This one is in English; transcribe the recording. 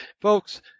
Folks